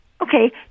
Okay